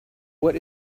what